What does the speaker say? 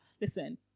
listen